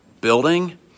building